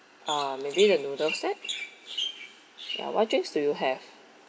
uh maybe the noodles set ya what drinks do you have